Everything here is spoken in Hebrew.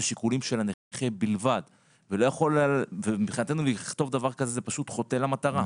השיקולים של הנכה בלבד ומבחינתנו לכתוב דבר כזה זה פשוט חוטא למטרה.